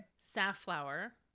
safflower